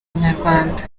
inyarwanda